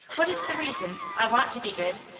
what is the reason i want to be good.